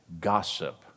Gossip